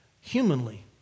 humanly